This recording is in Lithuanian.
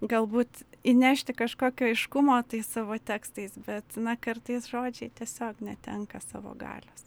galbūt įnešti kažkokio aiškumo tais savo tekstais bet kartais žodžiai tiesiog netenka savo galios